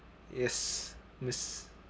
yes miss